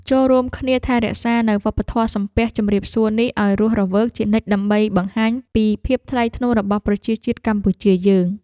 ចូររួមគ្នាថែរក្សានូវវប្បធម៌សំពះជម្រាបសួរនេះឱ្យរស់រវើកជានិច្ចដើម្បីបង្ហាញពីភាពថ្លៃថ្នូររបស់ប្រជាជាតិកម្ពុជាយើង។